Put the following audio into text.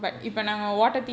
okay